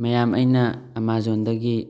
ꯃꯌꯥꯝ ꯑꯩꯅ ꯑꯃꯥꯖꯣꯟꯗꯒꯤ